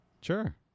Sure